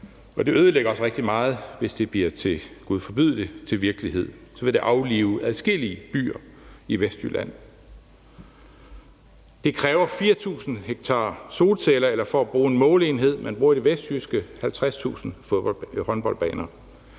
det ødelægger også rigtig meget, hvis det bliver til – gud forbyde det – virkelighed. Så vil det aflive adskillige byer i Vestjylland. Kl. 12:31 Det kræver 4.000 ha solceller eller, for at bruge en måleenhed, man bruger i det vestjyske, 50.000 håndboldbaner.